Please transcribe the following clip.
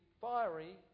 fiery